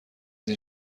این